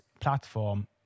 platform